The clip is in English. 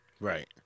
Right